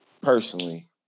personally